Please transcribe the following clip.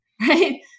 right